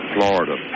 Florida